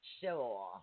sure